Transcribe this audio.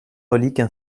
reliques